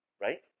Right